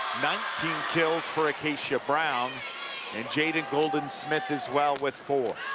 nineteen kills for akacia brown and jada golden-smith as well with four.